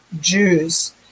Jews